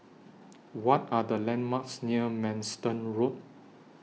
What Are The landmarks near Manston Road